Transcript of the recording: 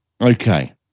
Okay